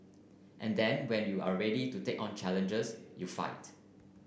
and then when you're ready to take on challenges you fight